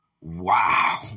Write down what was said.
Wow